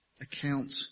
account